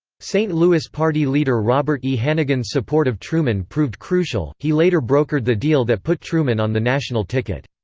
st. louis party leader robert e. hannegan's support of truman proved crucial he later brokered the deal that put truman on the national ticket.